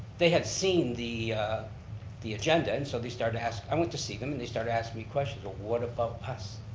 they had seen the the agenda, and so they started to ask, i went to see them and they started to ask me questions, well, what about us?